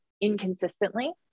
inconsistently